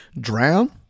drown